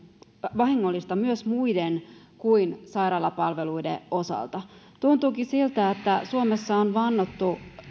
vahingollista myös muiden kuin sairaalapalveluiden osalta tuntuukin siltä että suomessa on vannottu